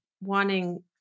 wanting